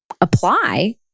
apply